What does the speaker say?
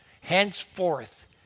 Henceforth